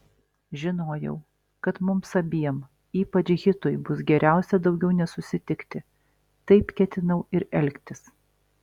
žinojau kad mums abiem ypač hitui bus geriausia daugiau nesusitikti taip ketinau ir elgtis